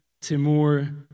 Timur